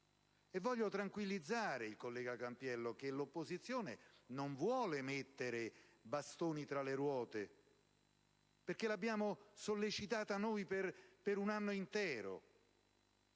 Voglio tranquilizzare il collega Cardiello: l'opposizione non vuole mettere bastoni tra le ruote a questa normativa, perché l'abbiamo sollecitata noi per un anno intero.